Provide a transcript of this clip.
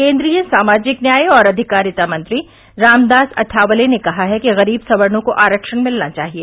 केन्द्रीय सामाजिक न्याय और अधिकारिता मंत्री रामदास अठाकले ने कहा है कि गरीब सवर्णो को आरक्षण मिलना चाहिए